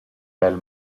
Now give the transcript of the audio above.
pel